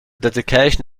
dedication